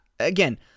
Again